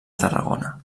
tarragona